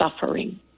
suffering